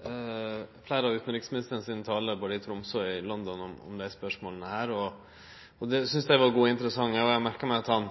fleire av talane til utanriksministeren, både frå Tromsø og London, om desse spørsmåla. Eg synest dei var gode og interessante, og eg har merka meg at han